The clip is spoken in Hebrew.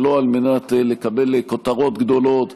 שלא על מנת לקבל כותרות גדולות,